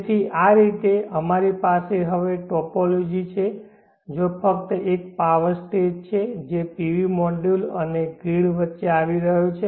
તેથી આ રીતે અમારી પાસે હવે અહીં ટોપોલોજી છે જ્યાં ફક્ત એક પાવર સ્ટેજ છે જે PV મોડ્યુલ અને ગ્રીડ વચ્ચે આવી રહ્યો છે